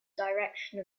direction